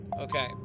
Okay